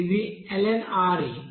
ఇది lnRe